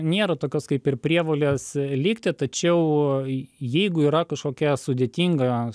nėra tokios kaip ir prievolės likti tačiau jeigu yra kažkokia sudėtinga